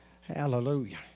Hallelujah